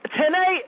Tonight